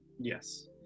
yes